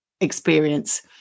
experience